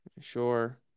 Sure